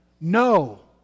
no